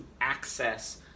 access